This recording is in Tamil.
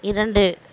இரண்டு